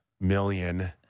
million